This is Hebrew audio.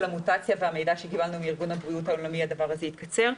המוטציה והמידע שקיבלנו מארגון הבריאות העולמי הדבר הזה התקצר.